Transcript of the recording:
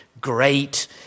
great